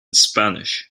spanish